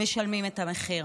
אלה שמשלמים את המחיר.